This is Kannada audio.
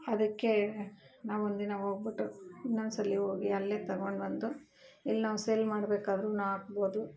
ಅದಕ್ಕೆ ನಾವು ಒಂದಿನ ಹೋಗ್ಬಿಟ್ಟು ಇನ್ನೊಂದ್ಸಲ ಹೋಗಿ ಅಲ್ಲೇ ತಗೊಂಡ್ಬಂದು ಇಲ್ಲಿ ನಾವು ಸೇಲ್ ಮಾಡ್ಬೇಕಾದ್ರು ಹಾಕ್ಬೋದು